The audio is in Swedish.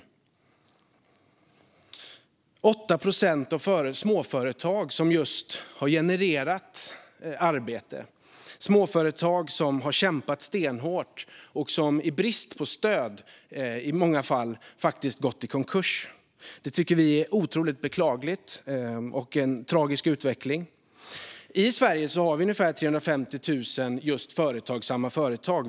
Det är 8 procent av de småföretag som har genererat arbete, småföretag som har kämpat stenhårt och som i brist på stöd i många fall faktiskt har gått i konkurs. Det tycker vi är otroligt beklagligt och en tragisk utveckling. I Sverige har vi ungefär 350 000 företagsamma företag.